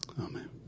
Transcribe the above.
Amen